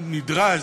נדרש,